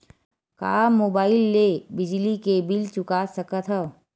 का मुबाइल ले बिजली के बिल चुका सकथव?